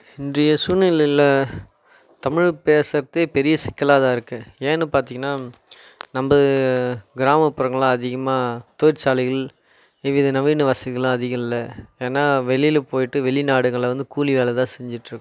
இன்றைய சூழ்நிலையில் தமிழ் பேசுவதே பெரிய சிக்கலாகதான் இருக்குது ஏன்னு பார்த்திங்கனா நம்ப கிராமப்புறங்களில் அதிகமாக தொழிற்சாலைகள் எவ்வித நவீன வசதிகள்லாம் அதிகமில்ல ஏனால் வெளியில் போயிட்டு வெளி நாடுங்களில் வந்து கூலி வேலை தான் செஞ்சுகிட்டிருக்கோம்